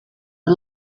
for